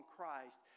Christ